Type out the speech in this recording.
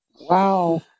Wow